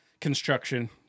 construction